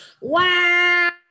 wow